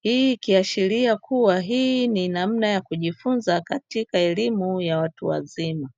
Hii ikiashiria kuwa hii ni namna ya kujifunza katika elimu ya watu wazima.